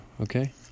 okay